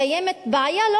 קיימת בעיה,